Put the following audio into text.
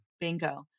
Bingo